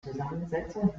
zusammensetzung